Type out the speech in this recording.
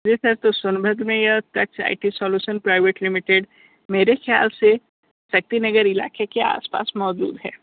जी sir तो सोनभद्र में यह Taksh I T solution private limited मेरे ख्याल से शक्ति नगर इलाके के आस पास मौजूद है